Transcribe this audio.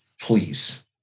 Please